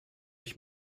ich